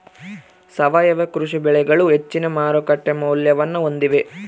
ಸಾವಯವ ಕೃಷಿ ಬೆಳೆಗಳು ಹೆಚ್ಚಿನ ಮಾರುಕಟ್ಟೆ ಮೌಲ್ಯವನ್ನ ಹೊಂದಿವೆ